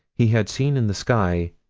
he had seen, in the sky,